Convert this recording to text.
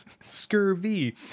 scurvy